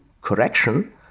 correction